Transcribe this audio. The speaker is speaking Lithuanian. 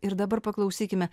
ir dabar paklausykime